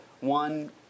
One